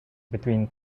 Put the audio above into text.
between